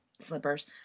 slippers